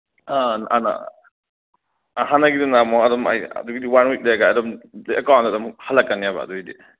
ꯑꯥꯎ ꯍꯥꯟꯅ ꯍꯥꯟꯅꯒꯤꯗꯨꯅ ꯑꯃꯨꯛ ꯑꯗꯨꯝ ꯑꯩ ꯑꯗꯨꯒꯤꯗꯤ ꯋꯥꯟ ꯋꯤꯛ ꯂꯩꯔꯒ ꯑꯗꯨꯝ ꯑꯦꯀꯥꯎꯟꯗ ꯑꯃꯨꯛ ꯍꯟꯂꯛꯀꯅꯦꯕ ꯑꯗꯨꯒꯤꯗꯤ